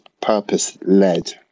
purpose-led